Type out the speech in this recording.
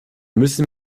müssen